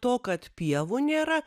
to kad pievų nėra